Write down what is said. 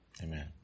Amen